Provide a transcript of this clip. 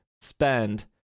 spend